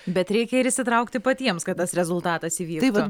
bet reikia ir įsitraukti patiems kad tas rezultatas įvyktų